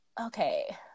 okay